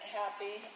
happy